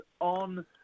on